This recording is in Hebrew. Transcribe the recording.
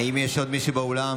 האם יש עוד מישהו באולם?